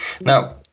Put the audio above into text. Now